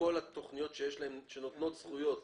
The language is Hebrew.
כל התכניות שנותנות זכויות,